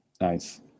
Nice